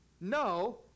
No